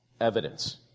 evidence